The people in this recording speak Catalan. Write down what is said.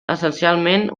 essencialment